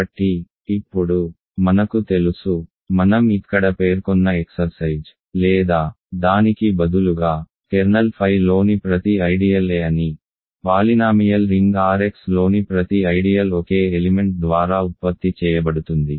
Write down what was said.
కాబట్టి ఇప్పుడు మనకు తెలుసు మనం ఇక్కడ పేర్కొన్న ఎక్సర్సైజ్ లేదా దానికి బదులుగా కెర్నల్ ఫై లోని ప్రతి ఐడియల్ a అని పాలినామియల్ రింగ్ R x లోని ప్రతి ఐడియల్ ఒకే ఎలిమెంట్ ద్వారా ఉత్పత్తి చేయబడుతుంది